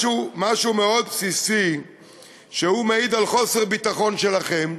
משהו בסיסי מאוד שמעיד על חוסר ביטחון עצמי שלכם,